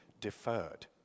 deferred